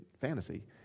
fantasy